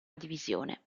divisione